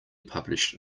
published